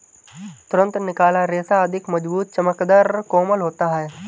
तुरंत निकाला रेशा अधिक मज़बूत, चमकदर, कोमल होता है